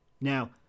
Now